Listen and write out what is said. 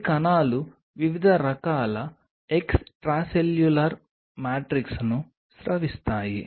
10 కణాలు వివిధ రకాల ఎక్స్ట్రాసెల్యులర్ మ్యాట్రిక్స్ ను స్రవిస్తాయి